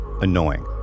annoying